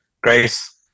Grace